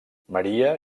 maria